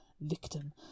victim